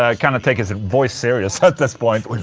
ah kind of take his voice seriously at this point